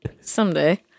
someday